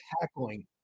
tackling